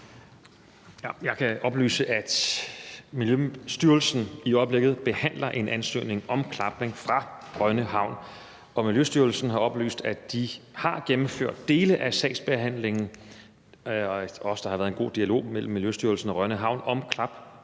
Jeg kan oplyse, at Miljøstyrelsen i øjeblikket behandler en ansøgning fra Rønne Havn om klapning, og Miljøstyrelsen har oplyst, at de har gennemført dele af sagsbehandlingen, og også, at der har været en god dialog mellem Miljøstyrelsen og Rønne Havn om klapansøgningen